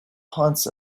haunts